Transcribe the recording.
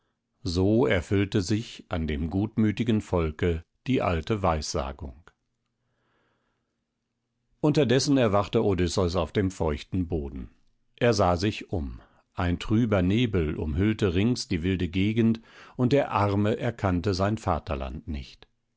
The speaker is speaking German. so erfüllte sich an dem gutmütigen volke die alte weissagung unterdessen erwachte odysseus auf dem feuchten boden er sah sich um ein trüber nebel umhüllte rings die wilde gegend und der arme erkannte sein vaterland nicht